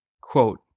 Quote